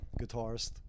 guitarist